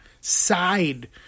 side